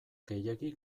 gehiegi